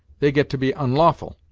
they get to be onlawful,